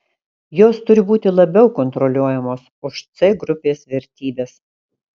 jos turi būti labiau kontroliuojamos už c grupės vertybes